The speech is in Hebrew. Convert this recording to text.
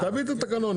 כל הכבוד,